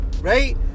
Right